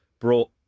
brought